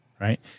Right